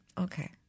okay